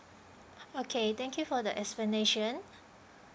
okay thank you for the explanation